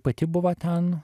pati buvo ten